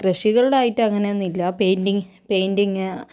കൃഷികളുടെ item അങ്ങനെയൊന്നുമില്ല painting painting